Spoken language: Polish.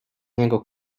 niego